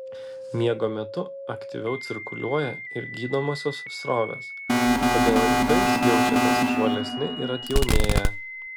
miego metu aktyviau cirkuliuoja ir gydomosios srovės todėl rytais jaučiatės žvalesni ir atjaunėję